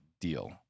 deal